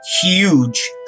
huge